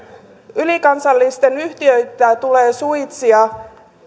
ylikansallisia yhtiöitä tulee suitsia